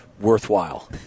worthwhile